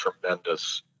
tremendous